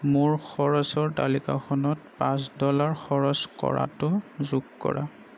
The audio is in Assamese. মোৰ খৰচৰ তালিকাখনত পাচঁ ডলাৰ খৰচ কৰাটো যোগ কৰা